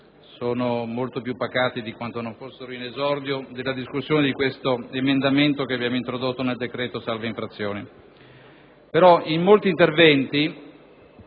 erano molto più pacati di quanto fossero in esordio della discussione del noto emendamento che abbiamo introdotto nel decreto cosiddetto salva-infrazioni. In molti interventi